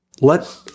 let